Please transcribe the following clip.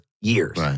years